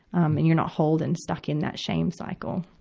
and you're not hold and stuck in that shame cycle.